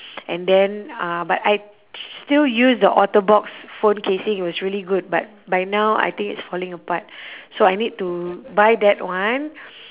and then uh but I still use the otterbox phone casing it was really good but by now I think it's falling apart so I need to buy that one